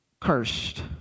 cursed